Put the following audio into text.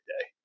day